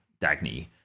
Dagny